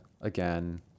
again